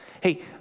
Hey